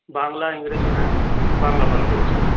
বাংলা ইংরেজি হ্যাঁ বাংলা ভালো হয়েছে